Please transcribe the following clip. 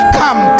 come